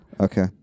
Okay